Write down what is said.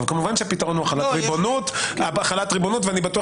כמובן שהפתרון הוא החלת ריבונות ואני בטוח